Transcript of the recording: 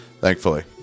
thankfully